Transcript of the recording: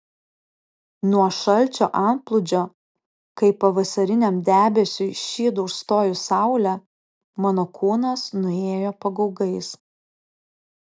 nuo šalčio antplūdžio kaip pavasariniam debesiui šydu užstojus saulę mano kūnas nuėjo pagaugais